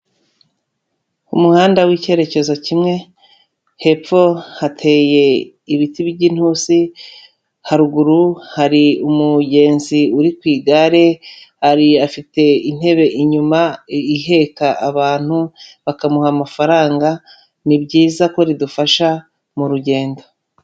Umuhanda w'icyerekezo kimwe, hepfo hateye ibiti bijya intusi, haruguru hari umugenzi uri ku igare afite intebe inyuma iheka abantu bakamuha amafaranga ni byiza ko ridufasha murugendo.